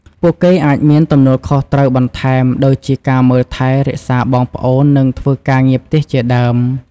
ពួកគេអាចមានទំនួលខុសត្រូវបន្ថែម ដូចជាការមើលថែរក្សាបងប្អូន និងធ្វើការងារផ្ទះជាដើម។